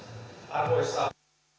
arvoisa rouva